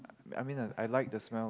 I mean like I like the smell